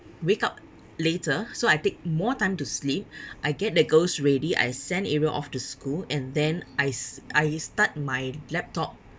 wake up later so I take more time to sleep I get the girls ready I send ariel off to school and then i s~ I start my laptop